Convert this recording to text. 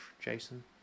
Jason